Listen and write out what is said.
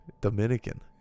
Dominican